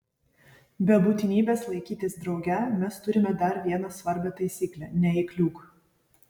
be būtinybės laikytis drauge mes turime dar vieną svarbią taisyklę neįkliūk